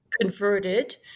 converted